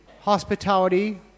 hospitality